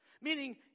meaning